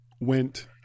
went